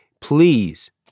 please